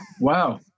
Wow